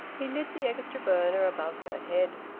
he lit the extra burner above her head.